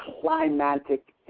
climatic